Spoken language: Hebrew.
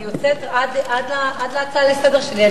אני יוצאת עד להצעה לסדר שלי.